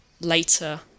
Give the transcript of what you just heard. later